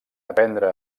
aprendre